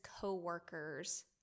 co-workers